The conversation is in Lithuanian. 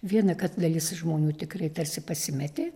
viena kad dalis žmonių tikrai tarsi pasimetė